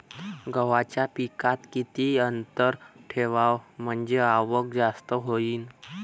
गव्हाच्या पिकात किती अंतर ठेवाव म्हनजे आवक जास्त होईन?